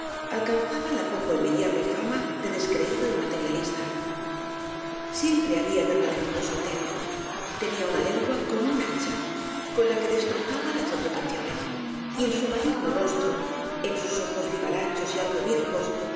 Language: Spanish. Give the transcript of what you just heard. alcanzaba la poco envidiable fama de descreído y materialista siempre había permanecido soltero tenía una lengua como un hacha con la que destrozaba las reputaciones y en su maligno rostro en sus ojos vivarachos y algo bizcos